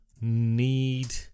Need